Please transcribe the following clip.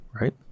right